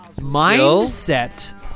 mindset